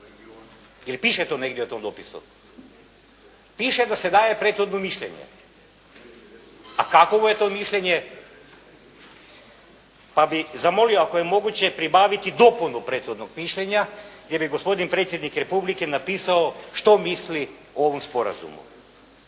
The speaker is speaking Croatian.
li piše tu negdje u tom dopisu? Piše da se daje prethodno mišljenje. A kakovo je to mišljenje. Pa bih zamolio ako je moguće pribaviti dopunu prethodnog mišljenja gdje bi gospodin Predsjednik Republike napisao što misli o ovom sporazumu.